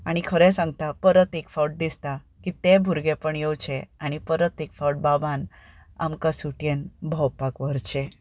आनी खरें सांगता परत एक फावट दिसता की तें भुरगेंपण येवचें आनी परत एक फावट बाबान आमकां सुटयेन भोंवपाक व्हरचें